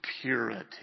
purity